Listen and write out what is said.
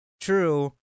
True